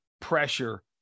pressure